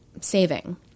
saving